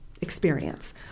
experience